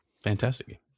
Fantastic